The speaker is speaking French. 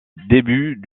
début